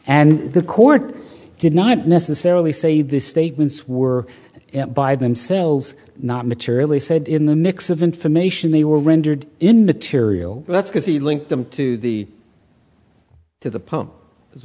and the court did not necessarily say the statements were by themselves not materially said in the mix of information they were rendered in material that's because he linked them to the to the